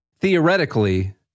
theoretically